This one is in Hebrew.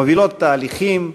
מובילות תהליכים,